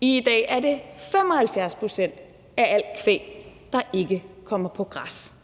I dag er det 75 pct. af alt kvæg, der ikke kommer på græs.